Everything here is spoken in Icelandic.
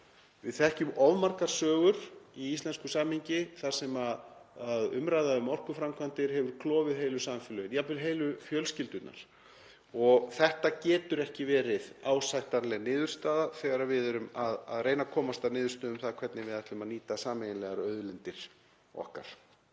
Við þekkjum of margar sögur í íslensku samhengi þar sem umræða um orkuframkvæmdir hefur klofið heilu samfélögin, jafnvel heilu fjölskyldurnar, og þetta getur ekki verið ásættanleg niðurstaða þegar við erum að reyna að komast að niðurstöðu um það hvernig við ætlum að nýta sameiginlegar auðlindir okkar.